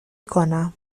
کنم